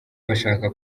bashaka